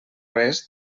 res